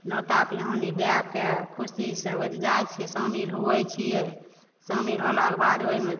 नोता पिहानी दए कए खुशीसऽ ओहिमे जाइ छियै शामिल होइ छियै शामिल होलाके बाद ओहिमे